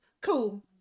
Cool